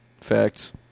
Facts